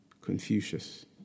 Confucius